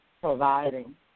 providing